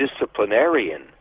disciplinarian